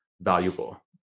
valuable